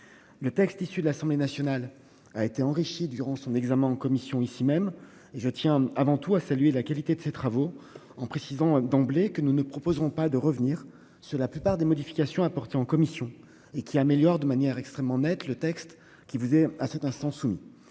Le texte issu de l'Assemblée nationale a été enrichi durant son examen en commission. Je tiens avant tout à saluer la qualité de ces travaux, en précisant d'emblée que nous ne proposerons pas de revenir sur la plupart des modifications apportées en commission ; celles-ci améliorent très nettement le texte qui vous a été transmis.